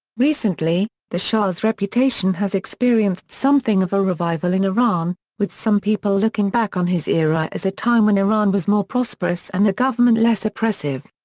recently, the shah's reputation has experienced something of a revival in iran, with some people looking back on his era as a time when iran was more prosperous and the government less oppressive.